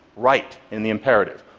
write, in the imperative.